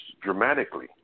dramatically